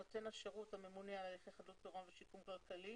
נותן השירות זה הממונה על הליכי חדלות פירעון ושיקום כלכלי